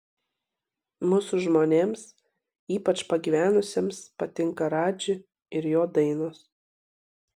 mūsų žmonėms ypač pagyvenusiems patinka radži ir jo dainos